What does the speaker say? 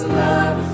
love